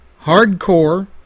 hardcore